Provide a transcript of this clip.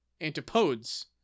Antipodes